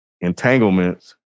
Entanglements